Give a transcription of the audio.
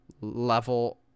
level